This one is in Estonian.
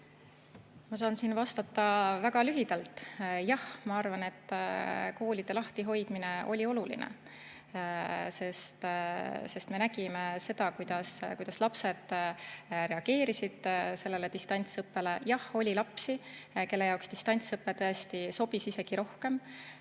Ma saan siin vastata väga lühidalt. Jah, ma arvan, et koolide lahtihoidmine oli oluline, sest me nägime seda, kuidas lapsed reageerisid distantsõppele. Jah, oli lapsi, kelle jaoks distantsõpe tõesti sobis isegi rohkem.